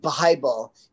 Bible